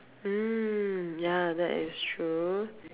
mm ya that is true